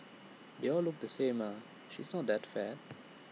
they all look the same ah she's not that fat